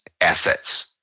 assets